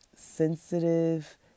sensitive